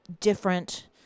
different